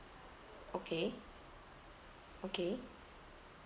okay okay